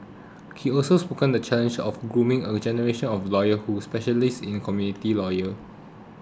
he also spoke the challenge of grooming a generation of lawyer who specialise in community lawer